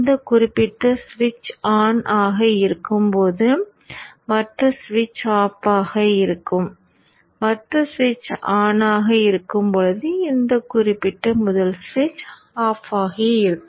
இந்த குறிப்பிட்ட ஒரு சுவிட்ச் ஆன் ஆக இருக்கும் போது மற்ற சுவிட்ச் ஆஃப் ஆக இருக்கும் மற்ற ஸ்விட்ச் ஆன் ஆக இருக்கும் போது இந்த குறிப்பிட்ட முதல் சுவிட்ச் ஆஃப் ஆகியிருக்கும்